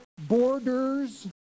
borders